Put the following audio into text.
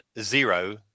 Zero